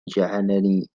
جعلني